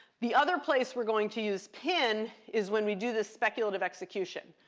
the other place we're going to use pin is when we do this speculative execution.